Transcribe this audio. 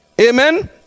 amen